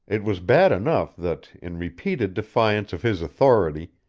it was bad enough that, in repeated defiance of his authority,